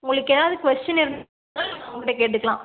உங்களுக்கு எதாவது கொஸ்டின் இருந்துச்சுன்னால் அவங்கக்கிட்ட கேட்டுக்கலாம்